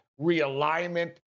realignment